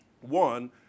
One